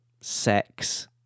Sex